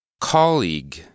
Colleague